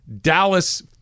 Dallas